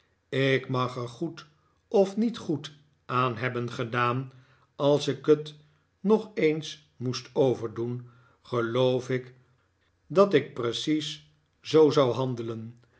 ik mag er goed of niet goed aan hebben gedaan als ik het nog eens moest overdoen geloof ik dat ik weer precies zoo zou handelen